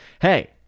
hey